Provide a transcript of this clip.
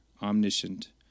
Omniscient